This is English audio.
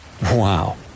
Wow